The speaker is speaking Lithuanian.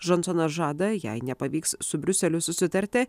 džonsonas žada jei nepavyks su briuseliu susitarti